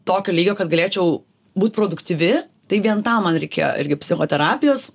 tokio lygio kad galėčiau būt produktyvi tai vien tam man reikėjo irgi psichoterapijos